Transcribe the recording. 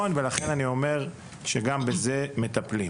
נכון, לכן אני אומר שגם בזה מטפלים.